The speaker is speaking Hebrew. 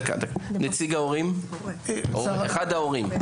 אחד ההורים.